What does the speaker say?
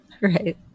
Right